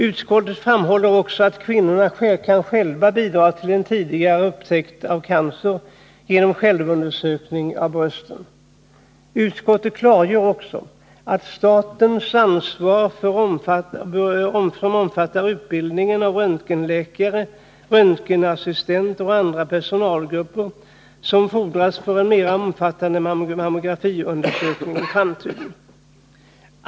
Utskottet framhåller också att kvinnorna själva kan bidra till en tidig Utskottet klargör att statens ansvar omfattar utbildningen av röntgenläkare, röntgenassistenter och andra personalgrupper, som fordras för en mer omfattande mammografiundersökning i framtiden.